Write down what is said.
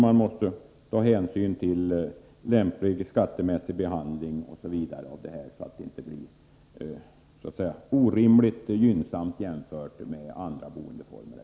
Man måste också ta hänsyn till lämplig skattemässig behandling osv., så att inte denna boendeform blir orimligt gynnsam jämfört med andra boendeformer.